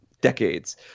decades